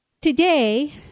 today